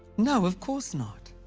no, of course not.